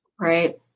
right